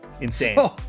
Insane